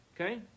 Okay